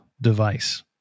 device